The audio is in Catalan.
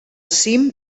cim